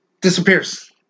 disappears